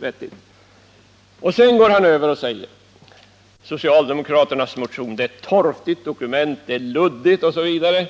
Sedan går Nils Åsling över till att säga att socialdemokraternas motion är ett torftigt dokument. Det är luddigt osv.